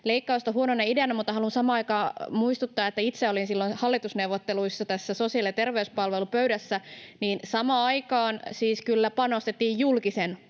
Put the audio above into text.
leikkausta huonona ideana, mutta haluan samaan aikaan muistuttaa, että itse olin silloin hallitusneuvotteluissa tässä sosiaali- ja terveyspalvelupöydässä ja samaan aikaan siis kyllä panostettiin julkisen